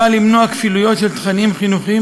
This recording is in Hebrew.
באה למנוע כפילויות של תכנים חינוכיים